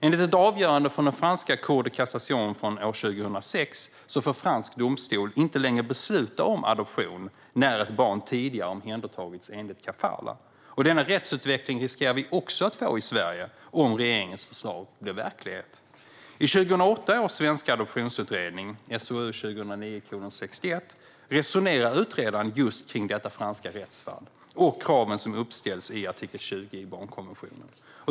Enligt ett avgörande från den franska Cour de cassation från år 2006 får fransk domstol inte längre besluta om adoption när ett barn tidigare har omhändertagits enligt kafalah. Denna rättsutveckling riskerar vi också att få i Sverige om regeringens förlag blir verklighet. I 2008 års svenska adoptionsutredning, SOU 2009:61, resonerar utredaren om just detta franska rättsfall och kraven som uppställs i artikel 20 i barnkonventionen.